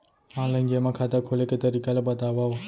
Online जेमा खाता खोले के तरीका ल बतावव?